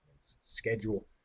schedule